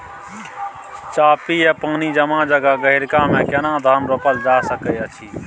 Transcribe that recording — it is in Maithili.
चापि या पानी जमा जगह, गहिरका मे केना धान रोपल जा सकै अछि?